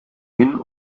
hin